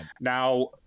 Now